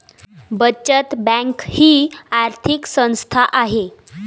बचत बँक ही आर्थिक संस्था आहे